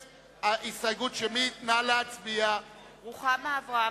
הכנסת) רוחמה אברהם-בלילא,